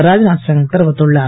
ராத்நாத் சிங் தெரிவித்துள்ளார்